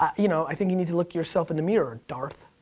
you know, i think you need to look yourself in the mirror, darth.